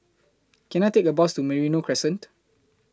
Can I Take A Bus to Merino Crescent